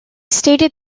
stated